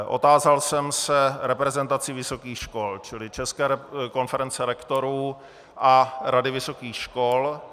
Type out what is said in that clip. Otázal jsem se reprezentací vysokých škol, čili České konference rektorů a Rady vysokých škol.